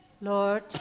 Lord